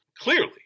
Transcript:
clearly